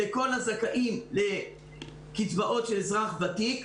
לכל הזכאים לקצבאות של אזרח ותיק.